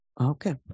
Okay